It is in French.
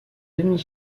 demi